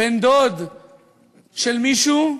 בן-דוד של מישהו,